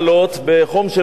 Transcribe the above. בחום של מים,